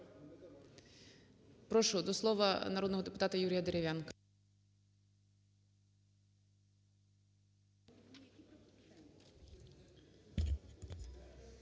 Прошу до слова народного депутата Юрія Дерев'янка.